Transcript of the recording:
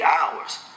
hours